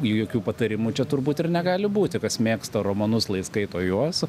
jokių patarimų čia turbūt ir negali būti kas mėgsta romanus lai skaito juos